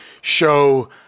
show